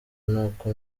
n’uko